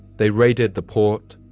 they raided the port,